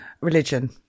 Religion